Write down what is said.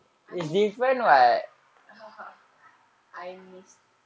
I mean tak I mis~